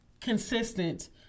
consistent